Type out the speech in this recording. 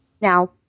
Now